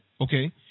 Okay